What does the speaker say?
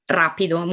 rapido